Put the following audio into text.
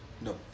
No